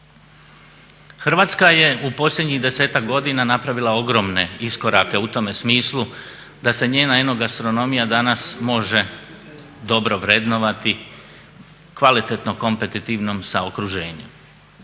Hrvatska je u posljednjih 10-ak godina napravila ogromne iskorake u tome smislu da se njena eno gastronomija danas može dobro vrednovati, kvalitetno kompetitivno sa okruženjem.